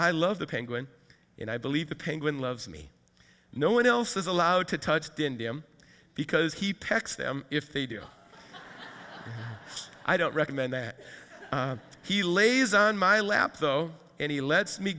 i love the penguin and i believe the penguin loves me no one else is allowed to touch the indium because he pecks them if they do i don't recommend that he lays on my lap though and he lets me